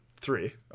Three